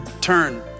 turn